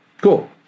Cool